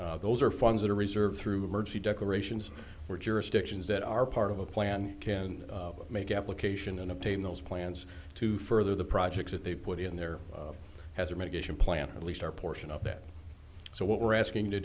grant those are funds that are reserved through emergency declarations were jurisdictions that are part of a plan can make application and obtain those plans to further the projects that they put in their hazard mitigation plan or at least our portion of that so what we're asking to